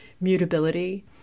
mutability